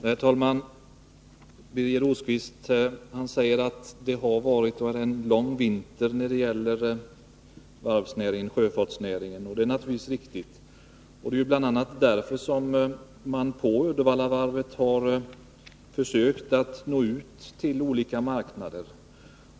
Herr talman! Birger Rosqvist säger att det har varit och är en lång vinter när det gäller varvsnäringen och sjöfartsnäringen. Det är naturligtvis riktigt. Det är bl.a. därför som man på Uddevallavarvet har försökt att nå ut till olika marknader.